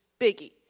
biggie